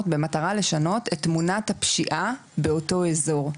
במטרה לשנות את תמונת הפשיעה באותו אזור,